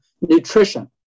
nutrition